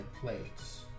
plates